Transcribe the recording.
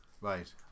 Right